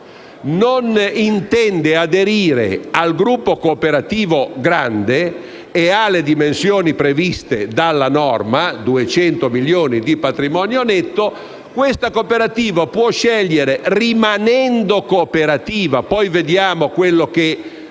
non intende aderire al gruppo cooperativo grande e ha le dimensioni previste dalla norma (200 milioni di euro di patrimonio netto) questa cooperativa può scegliere, rimanendo cooperativa (poi vedremo quello che